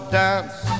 dance